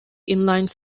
inline